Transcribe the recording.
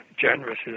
generous